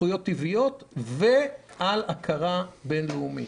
זכויות טבעיות ועל הכרה בין-לאומית.